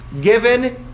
given